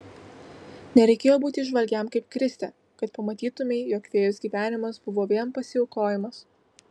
nereikėjo būti įžvalgiam kaip kristė kad pamatytumei jog fėjos gyvenimas buvo vien pasiaukojimas